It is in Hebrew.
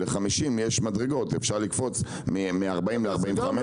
50% יש מדרגות שאפשר לקפוץ בין 30% ל-35%,